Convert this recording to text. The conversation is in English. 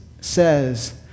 says